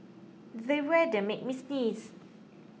the weather made me sneeze